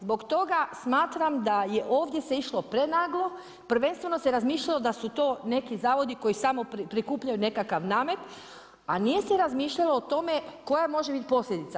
Zbog toga smatram da se ovdje išlo prenaglo, prvenstveno se razmišljalo da su to neki zavodi koji samo prikupljaju nekakav namet a nije se razmišljalo o tome koja može biti posljedica.